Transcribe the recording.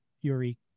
Yuri